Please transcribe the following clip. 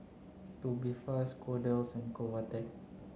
Tubifast Kordel's and Convatec